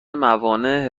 موانع